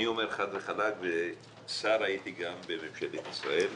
הייתי גם שר בממשלת ישראל.